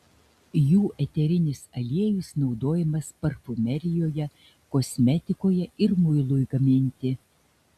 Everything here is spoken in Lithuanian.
jų eterinis aliejus naudojamas parfumerijoje kosmetikoje ir muilui gaminti